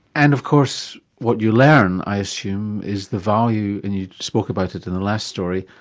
and of course what you learn i assume is the value and you spoke about it in the last story,